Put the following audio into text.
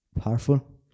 Powerful